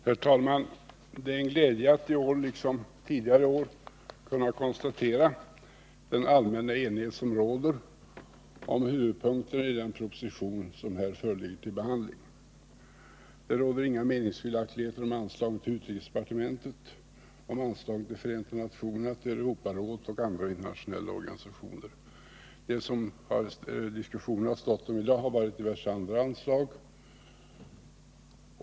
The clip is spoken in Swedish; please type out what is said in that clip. Herr talman! Det är en glädje att i år liksom tidigare år konstatera den allmänna enighet som råder om huvudpunkterna i propositionen om anslag inom utrikesdepartementets verksamhetsområde. Det råder inga meningsskiljaktigheter beträffande anslagen till utrikesdepartementet, FN, Europarådet och andra internationella organisationer. Det som diskussionen gällt i dag har varit diverse andra anslag.